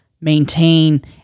maintain